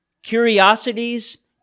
curiosities